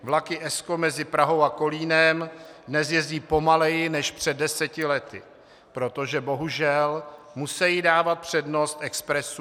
Vlaky Esko mezi Prahou a Kolínem dnes jezdí pomaleji než před deseti lety, protože bohužel musí dávat přednost expresům.